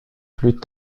plus